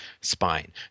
spine